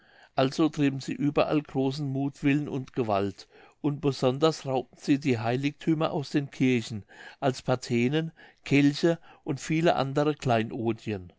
also trieben sie überall großen muthwillen und gewalt und besonders raubten sie die heiligthümer aus den kirchen als patenen kelche und viele andere kleinodien